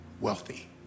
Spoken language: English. wealthy